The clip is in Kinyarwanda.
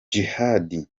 djihad